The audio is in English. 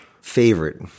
Favorite